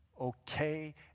okay